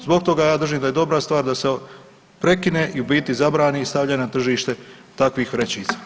Zbog toga ja držim da je dobra stvar da se prekine i u biti zabrani stavljanje na tržište takvih vrećica.